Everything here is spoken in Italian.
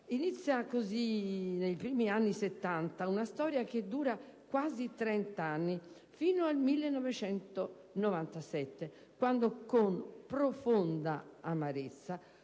Inizia così nei primi anni '70 una storia che dura quasi trent'anni, fino al 1997 quando, con profonda amarezza,